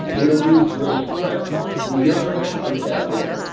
you don't need to really impress the younger athletes out there,